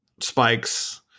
spikes